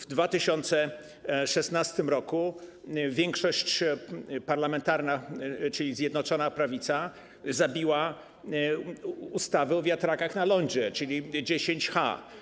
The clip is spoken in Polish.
W 2016 r. większość parlamentarna, czyli Zjednoczona Prawica, zabiła ustawę o wiatrakach na lądzie, czyli 10H.